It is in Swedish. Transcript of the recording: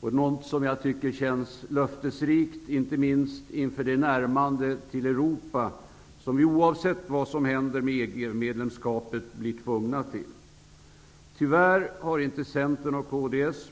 Det är något som jag tycker känns löftesrikt, inte minst inför det närmande till Europa som vi, oavsett vad som händer med EG medlemskapet, blir tvungna till. Tyvärr har inte Centern och kds